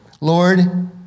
Lord